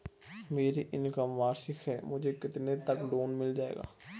मेरी इनकम वार्षिक है मुझे कितने तक लोन मिल जाएगा?